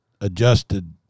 adjusted